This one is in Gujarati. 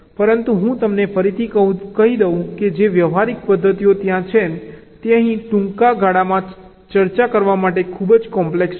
પરંતુ હું તમને ફરીથી કહી દઉં કે જે વ્યવહારિક પદ્ધતિઓ ત્યાં છે તે અહીં ટૂંકા ગાળામાં ચર્ચા કરવા માટે ખૂબ જ કોમ્પ્લેક્સ છે